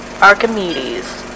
Archimedes